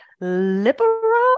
liberal